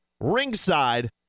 ringside